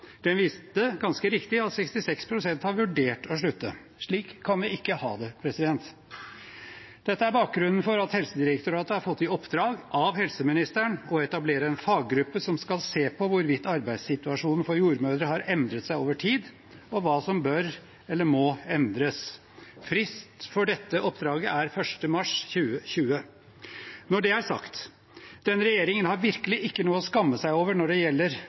Den viste ganske riktig at 66 pst. har vurdert å slutte. Slik kan vi ikke ha det. Dette er bakgrunnen for at Helsedirektoratet har fått i oppdrag av helseministeren å etablere en faggruppe som skal se på hvorvidt arbeidssituasjonen for jordmødre har endret seg over tid, og hva som bør eller må endres. Frist for dette oppdraget er 1. mars 2020. Når det er sagt: Denne regjeringen har virkelig ikke noe å skamme seg over når det gjelder